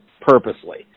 purposely